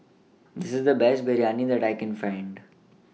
The Best Biryani that I Can Find